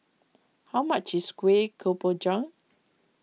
how much is Kuih Kemboja